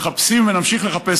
מחפשים ונמשיך לחפש,